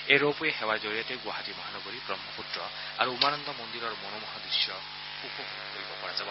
এই ৰপৱে সেৱাৰ জৰিয়তে গুৱাহাটী মহানগৰী ব্ৰহ্মপুত্ৰ আৰু উমানন্দ মন্দিৰৰ মনোমোহা দৃশ্য উপভোগ কৰিব পৰা যাব